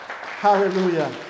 hallelujah